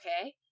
Okay